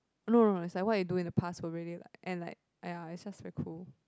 no no no it's like what you do in the past will really like and like ya it's just very cool